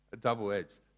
double-edged